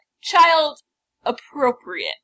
child-appropriate